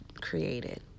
created